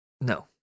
No